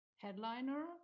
Headliner